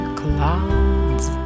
clouds